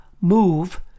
move